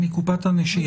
מקופת הנשייה.